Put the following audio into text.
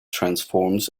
transforms